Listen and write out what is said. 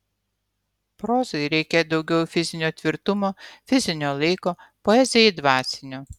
prozai reikia daugiau fizinio tvirtumo fizinio laiko poezijai dvasinio